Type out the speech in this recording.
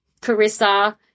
Carissa